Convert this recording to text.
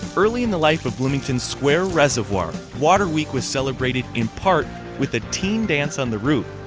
early in the life of bloomingtonos square resorvoir water week was celebrated in part with a teen dance on the roof.